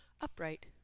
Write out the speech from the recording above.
upright